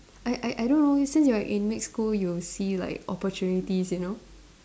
I I I don't know since you're in mixed school you see like opportunities you know